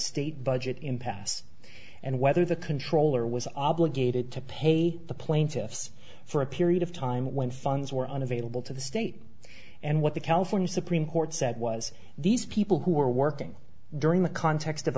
state budget impasse and whether the controller was obligated to pay the plaintiffs for a period of time when funds were unavailable to the state and what the california supreme court said was these people who are working during the context of